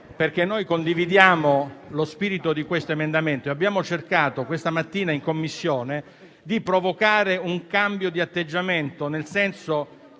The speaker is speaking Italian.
Presidente, condividiamo lo spirito di questo emendamento e abbiamo cercato questa mattina in Commissione di provocare un cambio di atteggiamento.